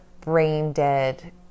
brain-dead